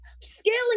Scaling